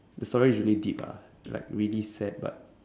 the story is really deep ah like really sad but